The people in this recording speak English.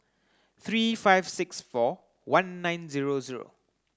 three five six four one nine zero zero